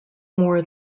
more